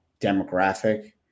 demographic